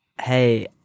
hey